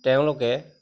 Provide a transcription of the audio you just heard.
তেওঁলোকে